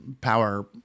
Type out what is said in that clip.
power